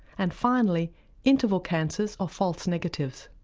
and finally interval cancers or false negatives.